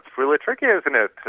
really tricky isn't it.